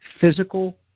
physical